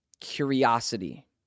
curiosity